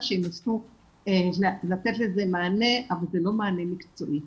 שינסו לתת לזה מענה אבל זה לא מענה מקצועי.